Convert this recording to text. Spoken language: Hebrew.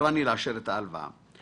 אנחנו מבינים את העניין,